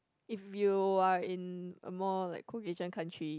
if you are in a more like Caucasian country